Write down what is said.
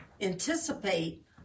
anticipate